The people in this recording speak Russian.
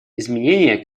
изменения